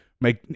make